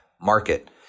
market